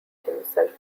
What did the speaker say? himself